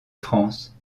france